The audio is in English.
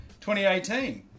2018